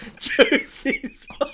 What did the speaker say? Juicy